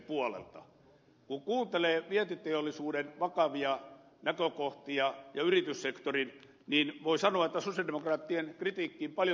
kun kuuntelee vientiteollisuuden ja yrityssektorin vakavia näkökohtia voi sanoa että sosialidemokraattien kritiikkiin paljolti yhdytään